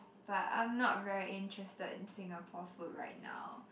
but I'm not very interested in Singapore food right now